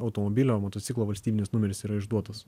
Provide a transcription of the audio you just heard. automobilio motociklo valstybinis numeris yra išduotas